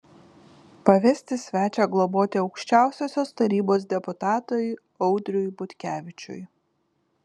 pavesti svečią globoti aukščiausiosios tarybos deputatui audriui butkevičiui